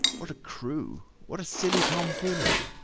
what a crew! what a silly tomfoollery!